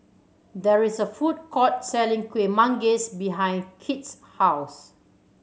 there is a food court selling Kueh Manggis behind Kit's house